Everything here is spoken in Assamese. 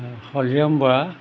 হৰিয়ম বৰা